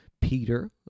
Peter